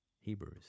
Hebrews